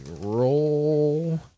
Roll